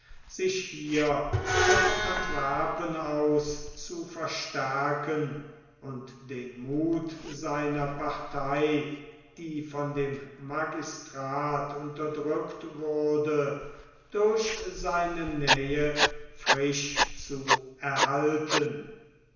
sich hier von antwerpen aus zu verstärken und den muth seiner partei die von dem magistrat unterdrückt wurde durch seine nähe frisch zu erhalten